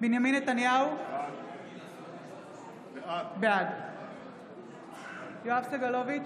בנימין נתניהו, בעד יואב סגלוביץ'